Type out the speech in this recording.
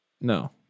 No